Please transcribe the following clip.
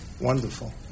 Wonderful